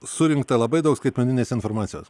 surinkta labai daug skaitmeninės informacijos